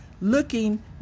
looking